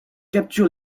capture